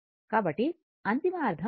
కాబట్టి అంతిమ అర్ధం అదే